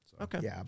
Okay